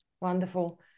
Wonderful